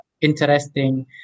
interesting